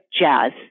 jazz